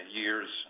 years